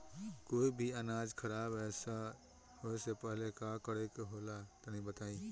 कोई भी अनाज खराब होए से पहले का करेके होला तनी बताई?